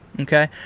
Okay